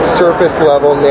surface-level